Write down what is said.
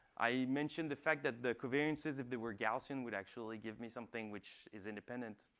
i mentioned the fact that the covariances of the word gaussian would actually give me something which is independent.